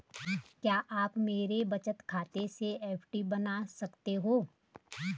क्या आप मेरे बचत खाते से एफ.डी बना सकते हो?